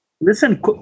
Listen